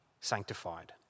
sanctified